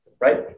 right